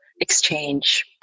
exchange